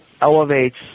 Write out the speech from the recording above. elevates